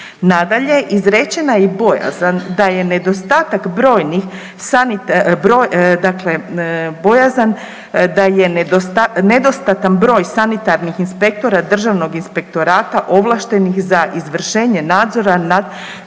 brojnih, dakle bojazan da je nedostatan broj sanitarnih inspektora državnog inspektorata ovlaštenih za izvršenje nadzora nad